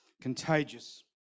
contagious